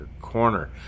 corner